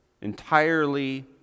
entirely